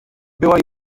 była